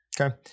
Okay